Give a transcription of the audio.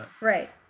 Right